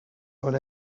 all